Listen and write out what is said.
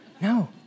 No